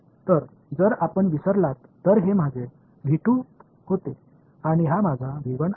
तर जर आपण विसरलात तर हे माझे होते आणि हा माझा आहे